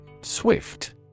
Swift